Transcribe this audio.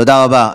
תודה רבה.